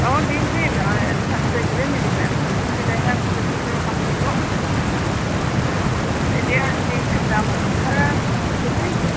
অঁ দিম দিম এডভান্স কেলেই নিদিব এডভান্সটো দিলেহে আকৌ গাখীৰটো ৰখাব পাৰিব এতিয়া সেই দামটো কথা ক'ব নেকি